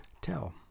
tell